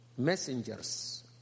messengers